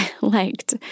liked